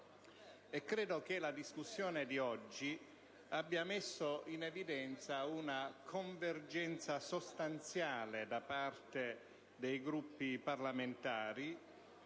Credo che la discussione di oggi abbia messo in evidenza una convergenza sostanziale da parte dei Gruppi parlamentari